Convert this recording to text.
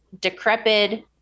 decrepit